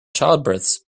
childbirths